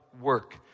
work